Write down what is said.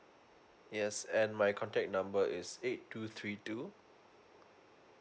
yes and my contact number is eight two three two